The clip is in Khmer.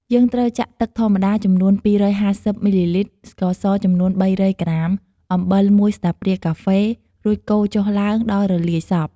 យើងត្រូវចាក់ទឹកធម្មតាចំនួន ២៥០ មីលីលីត្រ ស្ករស ចំនួន ៣០០ ក្រាម អំបិល ១ ស្លាបព្រាកាហ្វេ រួចកូរចុះឡើងដល់រលាយសព្វ។